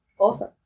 awesome